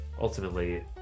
Ultimately